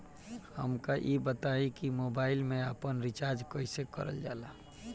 हमका ई बताई कि मोबाईल में आपन रिचार्ज कईसे करल जाला?